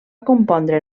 compondre